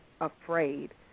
afraid